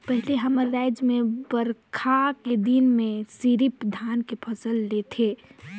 पहिले हमर रायज में बईरखा के दिन में सिरिफ धान के फसल लेथे